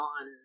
on